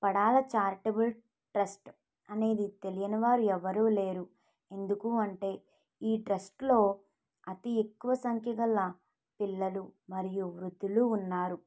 Padala charitable trust అనేది తెలియని వారు ఎవరు లేరు ఎందుకంటే ఈ ట్రస్ట్లో అతి ఎక్కువ సంఖ్య గల పిల్లలు మరియు వృద్ధులు ఉన్నారు